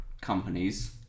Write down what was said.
companies